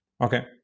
Okay